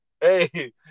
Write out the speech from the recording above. Hey